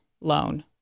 loan